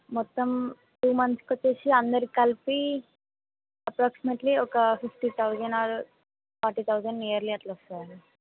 మొత్తం టూ మంత్స్కి వచ్చేసి అందరికి కలిపి అప్రాక్సిమేట్లీ ఒక ఫిఫ్టీ థౌజండ్ ఆ ఫార్టీ థౌజండ్ ఇయర్లీ అట్లా ఇస్తారు